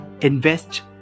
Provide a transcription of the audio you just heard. invest